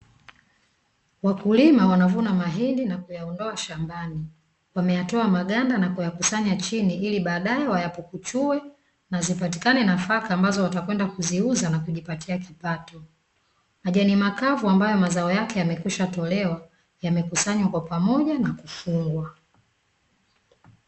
Wakulima wanavuna mahindi na kuyaondoa shambani, wameyatoa maganda na kuyakusanya chini ili baadae wayapukuchue, na zipatikane nafaka ambazo watakwenda kuziuza na kujipatia kipato. Majani makavu ambayo mazao yake yamekwisha tolewa, yamekusanywa kwa pamoja na kufungwa.